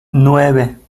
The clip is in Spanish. nueve